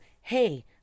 Hey